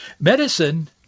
Medicine